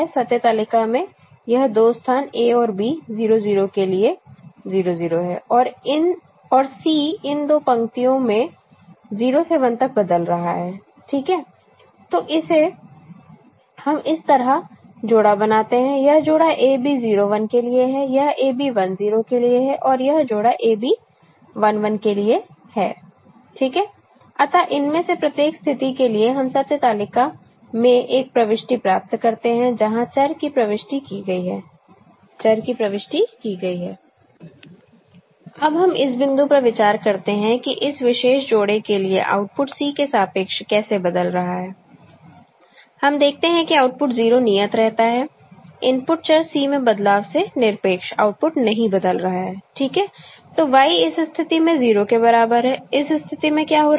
सत्य तालिका में यह दो स्थान A और B 0 0 के लिए 0 0 है और C इन दो पंक्तियों में 0 से 1 तक बदल रहा है ठीक है तो इसे हम इस तरह जोड़ा बनाते हैं यह जोड़ा A B 0 1 के लिए है यह A B 1 0 के लिए है और यह जोड़ा A B 1 1 के लिए है ठीक है अतः इनमें से प्रत्येक स्थिति के लिए हम सत्य तालिका में एक प्रविष्टि प्राप्त करते हैं जहां चर की प्रविष्टि की गई है चर की प्रविष्टि की गई है अब हम इस बिंदु पर विचार करते हैं कि इस विशेष जोड़े के लिए आउटपुट C के सापेक्ष कैसे बदल रहा है हम देखते हैं कि आउटपुट 0 नियत रहता है इनपुट चर C में बदलाव से निरपेक्ष आउटपुट नहीं बदल रहा है ठीक है तो Y इस स्थिति में 0 के बराबर है इस स्थिति में क्या हो रहा है